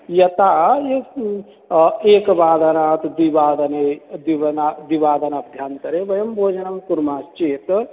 यथा ये एकवादनात् द्विवादने द्विवादनाभ्यन्तरे वयं भोजनं कुर्मः चेत्